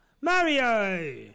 mario